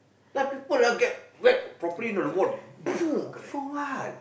that people lah get whack properly you know the ball for what